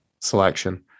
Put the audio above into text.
selection